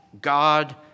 God